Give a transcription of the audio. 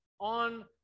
On